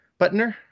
Butner